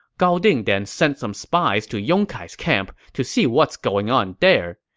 gao ding then sent some spies to yong kai's camp to see what's going on there.